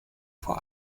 vor